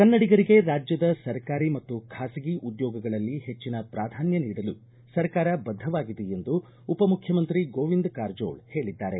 ಕನ್ನಡಿಗರಿಗೆ ರಾಜ್ಯದ ಸರ್ಕಾರಿ ಮತ್ತು ಖಾಸಗಿ ಉದ್ಗೋಗಗಳಲ್ಲಿ ಪೆಟ್ಟಿನ ಪ್ರಾಧಾನ್ಯ ನೀಡಲು ಸರ್ಕಾರ ಬದ್ದವಾಗಿದೆ ಎಂದು ಉಪ ಮುಖ್ಯಮಂತ್ರಿ ಗೋವಿಂದ ಕಾರಜೋಳ ಹೇಳಿದ್ದಾರೆ